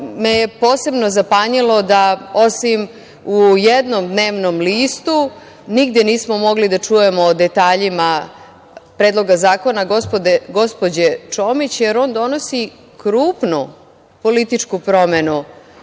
me je posebno zapanjilo da, osim u jednom dnevnom listu, nigde nismo mogli da čujemo o detaljima predloga zakona gospođe Čomić, jer on donosi krupnu političku promenu